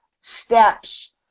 steps